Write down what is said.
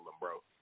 bro